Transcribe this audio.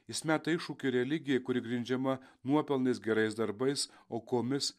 jis meta iššūkį religijai kuri grindžiama nuopelnais gerais darbais aukomis